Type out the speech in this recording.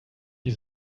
die